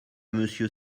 monsieur